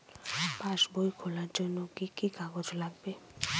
পাসবই খোলার জন্য কি কি কাগজ লাগবে?